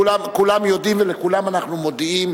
כולם יודעים ולכולם אנחנו מודיעים.